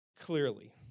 clearly